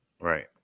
Right